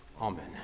Amen